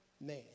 man